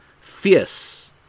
fierce